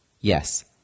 Yes